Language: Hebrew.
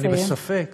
ואני בספק